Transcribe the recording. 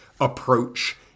approach